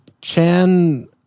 Chan